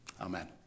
Amen